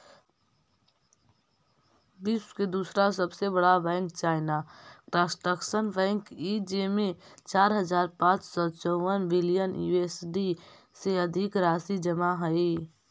विश्व के दूसरा सबसे बड़ा बैंक चाइना कंस्ट्रक्शन बैंक हइ जेमें चार हज़ार पाँच सौ चउवन बिलियन यू.एस.डी से अधिक राशि जमा हइ